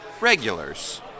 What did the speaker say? regulars